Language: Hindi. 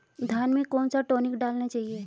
धान में कौन सा टॉनिक डालना चाहिए?